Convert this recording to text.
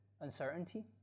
uncertainty